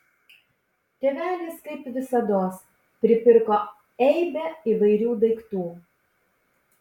tėvelis kaip visados pripirko eibę įvairių daiktų